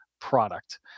product